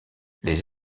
les